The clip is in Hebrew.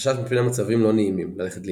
חשש מפני מצבים לא נעימים ללכת לאיבוד,